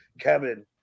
Kevin